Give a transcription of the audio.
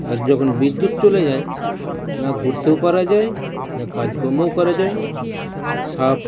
হ্যাঁ যখন বিদ্যুৎ চলে যায় না ঘুরতেও পারা যায় না কাজকর্মও করা যায় সাপ